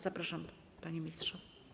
Zapraszam, panie ministrze.